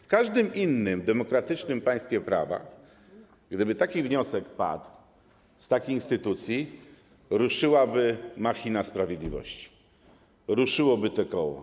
W każdym innym demokratycznym państwie prawa, gdyby taki wniosek padł z takiej instytucji, ruszyłaby machina sprawiedliwości, ruszyłoby to koło.